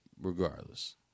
regardless